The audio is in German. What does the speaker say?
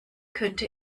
könnte